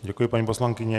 Děkuji, paní poslankyně.